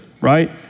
right